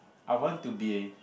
I want to be a